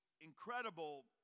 incredible